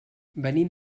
venim